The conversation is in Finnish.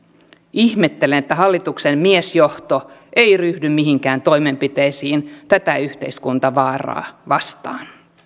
ihmettelen että hallituksen miesjohto ei ryhdy mihinkään toimenpiteisiin tätä yhteiskuntavaaraa vastaan